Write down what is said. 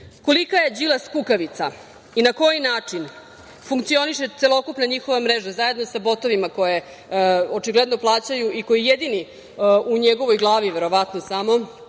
kolika je Đilas kukavica i na koji način funkcioniše celokupna njihova mreža, zajedno sa botovima koje očigledno plaćaju i koji jedini, u njegovoj glavi, verovatno samo,